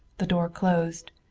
the door closed.